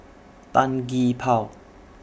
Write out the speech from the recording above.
Tan Gee Paw